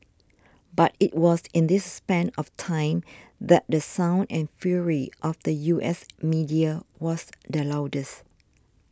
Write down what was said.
but it was in this span of time that the sound and fury of the U S media was the loudest